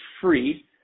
free